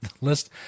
List